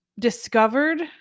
discovered